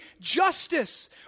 justice